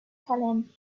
salem